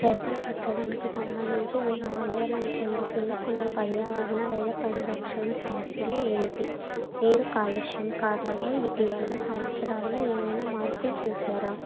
చేపలు పట్టడానికి సంబంధించి మీరు ఆందోళన చెందుతున్న కొన్ని పర్యావరణ లేదా పరిరక్షణ సమస్యలు ఏమిటి నీరు కాలుష్యం కారణంగా ఇటీవల సంవత్సరాల్లో ఏవైనా మార్పులు చూశారా